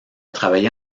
travaillé